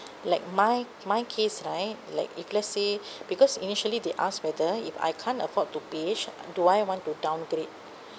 like my my case right like if let's say because initially they asked whether if I can't afford to pay should do I want to downgrade